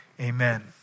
amen